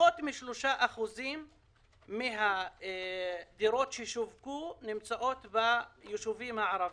פחות מ-3% מן הדירות ששווקו נמצאות בישובים הערביים,